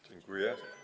Dziękuję.